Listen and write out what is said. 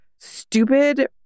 stupid